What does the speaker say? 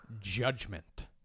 Judgment